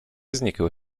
znikły